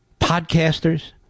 Podcasters